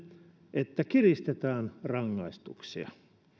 että kiristetään rangaistuksia